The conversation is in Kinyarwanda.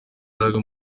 imbaraga